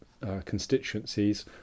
constituencies